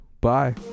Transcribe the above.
Bye